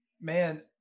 Man